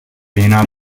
pena